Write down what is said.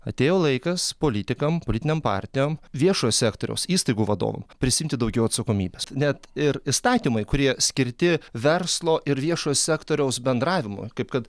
atėjo laikas politikam politinėm partijom viešojo sektoriaus įstaigų vadovam prisiimti daugiau atsakomybės net ir įstatymai kurie skirti verslo ir viešojo sektoriaus bendravimui kaip kad